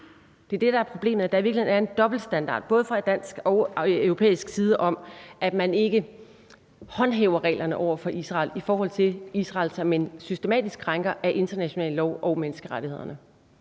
Det er det, der er problemet: at der i virkeligheden er en dobbeltstandard både fra dansk og europæisk side om, at man ikke håndhæver reglerne over for Israel i forhold til Israel som en systematisk krænker af international lov og menneskerettighederne.